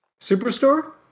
Superstore